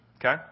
Okay